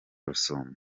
rusumo